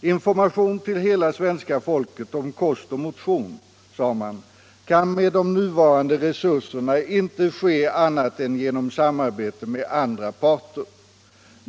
”Information till hela svenska folket om kost och motion”, sade man, ”kan med de nuvarande resurserna inte ske annat än genom samarbete med andra parter.